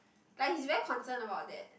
like he's very concerned about that